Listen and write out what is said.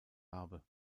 habe